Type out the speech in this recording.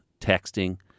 texting